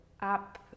up